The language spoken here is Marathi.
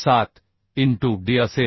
7 इनटू d असेल